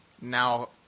Now